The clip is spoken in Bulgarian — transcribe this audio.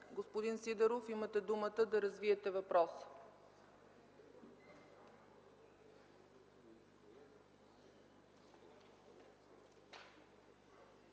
Господин Сидеров, имате думата да развиете въпроса.